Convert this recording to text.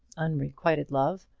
unrequited love,